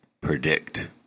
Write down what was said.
predict